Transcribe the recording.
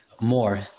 more